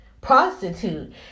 prostitute